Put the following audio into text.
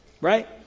right